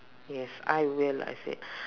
yes I will I said